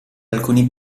alcuni